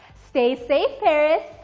stay safe perris.